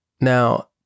Now